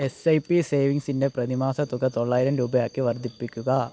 S I P സേവിങ്സിൻ്റെ പ്രതിമാസ തുക തൊള്ളായിരം രൂപയാക്കി വർദ്ധിപ്പിക്കുക